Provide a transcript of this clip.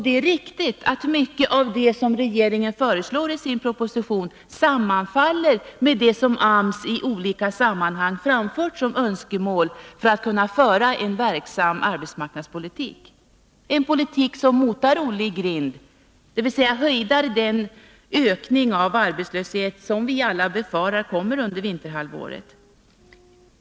Det är riktigt att mycket av det som regeringen föreslår i sin proposition sammanfaller med det som AMS i olika sammanhang har framfört som önskemål för att kunna bedriva en verksam arbetsmarknadspolitik, en politik som motar Olle i grind, dvs. hejdar den ökning av arbetslösheten som vi alla befarar kommer under vinterhalvåret.